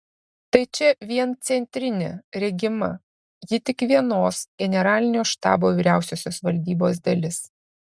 tai čia vien centrinė regima ji tik vienos generalinio štabo vyriausiosios valdybos dalis